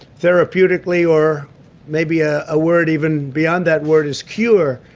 therapeutically, or maybe a ah word even beyond that word is cure,